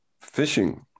fishing